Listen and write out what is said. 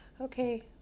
Okay